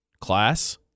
Class